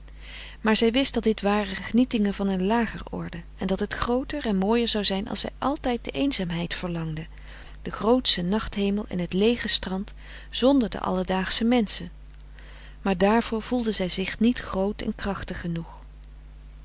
maar zij wist dat dit waren genietingen van een lager orde en dat het grooter en mooier zou zijn als zij altijd de eenzaamheid verlangde den grootschen nachthemel en het leege strand zonder de alledaagsche menschen maar daarvoor voelde zij zich niet groot en krachtig genoeg